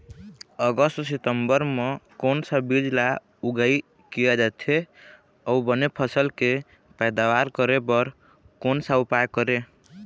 अगस्त सितंबर म कोन सा बीज ला उगाई किया जाथे, अऊ बने फसल के पैदावर करें बर कोन सा उपाय करें?